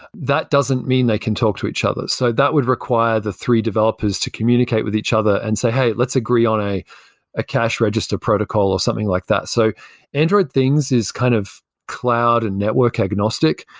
that doesn't mean they can talk to each other. so that would require the three developers to communicate with each other and say, hey, let's agree on a ah cash register protocol, or something like that. so android things is kind of cloud and network agnostic.